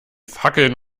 fackeln